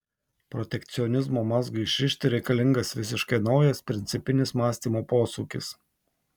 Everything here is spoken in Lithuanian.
protekcionizmo mazgui išrišti reikalingas visiškai naujas principinis mąstymo posūkis